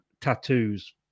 tattoos